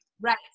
Right